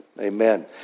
Amen